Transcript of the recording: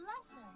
lesson